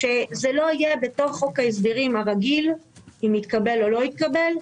שזה לא יהיה בתוך חוק ההסדרים הרגיל אם התקבל או לא התקבל,